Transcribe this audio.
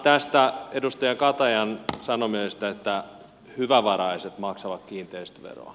tästä edustaja katajan sanomisesta että hyvävaraiset maksavat kiinteistöveroa